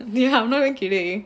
ya I'm not kidding